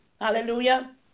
hallelujah